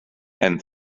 and